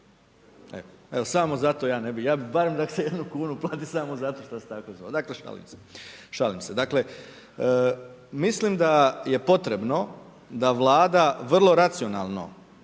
Evo samo zato ja ne bi, ja bi da se plati barem jednu kunu samo zato što se tako zvao. Dakle šalim se, šalim se. Dakle mislim da je potrebno da vlada vrlo racionalno